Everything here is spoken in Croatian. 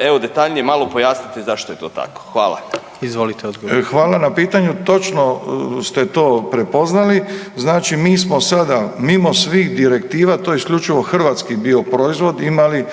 evo, detaljnije malo pojasnite zašto je to tako. Hvala. **Jandroković, Gordan (HDZ)** Izvolite odgovor. **Milatić, Ivo** Hvala na pitanju. Točno ste to prepoznali, znači mi smo sada mimo svih direktiva, to je isključivo hrvatski bio proizvod, imali